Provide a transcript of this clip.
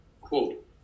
quote